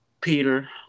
Peter